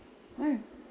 why